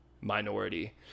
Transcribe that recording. minority